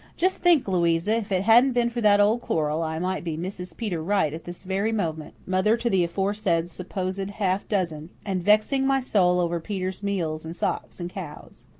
just think, louisa, if it hadn't been for that old quarrel i might be mrs. peter wright at this very moment, mother to the aforesaid supposed half dozen, and vexing my soul over peter's meals and socks and cows.